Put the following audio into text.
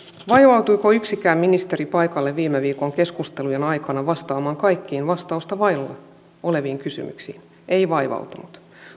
vaivautuiko yksikään ministeri paikalle viime viikon keskustelujen aikana vastaamaan kaikkiin vastausta vailla oleviin kysymyksiin ei vaivautunut